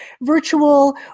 virtual